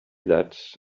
that